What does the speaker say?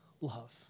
love